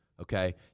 okay